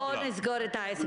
--- בואו נסגור את העסק.